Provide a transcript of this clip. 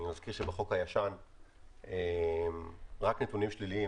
אני מזכיר שבחוק הישן רק נתונים שליליים